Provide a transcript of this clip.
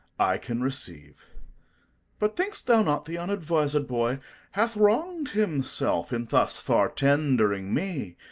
i can receive but thinkst thou not, the unadvised boy hath wronged himself in thus far tendering me?